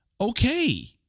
okay